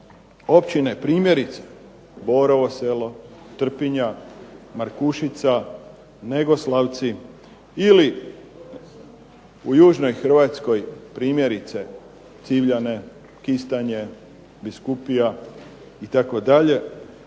općine, primjerice Borovo selo, Trpinja, Markušica, Negoslavci ili u južnoj Hrvatskoj primjerice Civljane, Kistanje, Biskupija itd.,